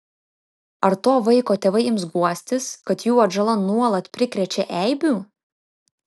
ar to vaiko tėvai ims guostis kad jų atžala nuolat prikrečia eibių